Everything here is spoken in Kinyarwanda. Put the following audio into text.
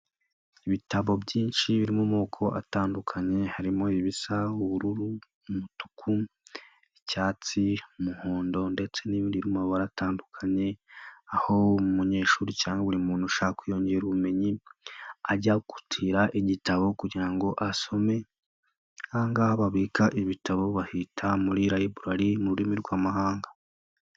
Ibitabo byinshi biri mu moko atandukanye harimo ibisa ubururu, umutuku, icyatsi, umuhondo ndetse n'ibindi biri mu mubara atandukanye aho umunyeshuri cyangwa buri muntu ushaka kwiyongera ubumenyi ajya gutira igitabo kugira ngo asome, aha ngaha babika ibitabo bahita muri rayiburari mu rurimi rw'amahanga.